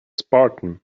spartan